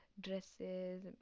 dresses